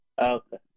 Okay